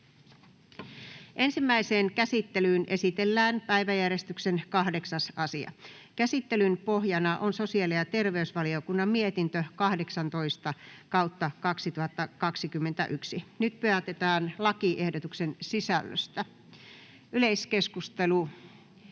Ensimmäiseen käsittelyyn esitellään päiväjärjestyksen 9. asia. Käsittelyn pohjana on sosiaali- ja terveysvaliokunnan mietintö StVM 17/2021 vp. Nyt päätetään lakiehdotuksen sisällöstä. — Avaan yleiskeskustelun.